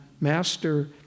Master